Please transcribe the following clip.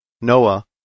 Noah